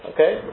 Okay